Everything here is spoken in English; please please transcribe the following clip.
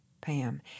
Pam